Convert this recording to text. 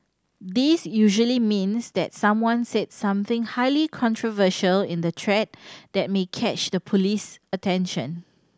this usually means that someone said something highly controversial in the thread that may catch the police's attention